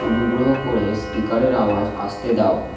অনুগ্রহ করে স্পিকারের আওয়াজ আস্তে দাও